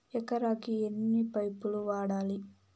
ఎకరాకి ఎన్ని పైపులు వాడాలి?